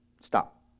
Stop